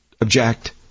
object